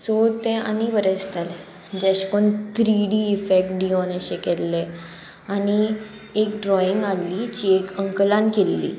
so तें आनी बरें दिसतालें जे अेशकोन्न त्री डी इफेक्ट दियोन अशें केल्ले आनी एक ड्रॉइंग आली जी एक अंकलान केल्ली